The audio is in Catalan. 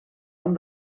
han